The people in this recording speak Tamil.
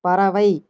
பறவை